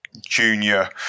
junior